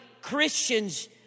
Christians